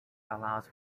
allows